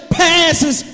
passes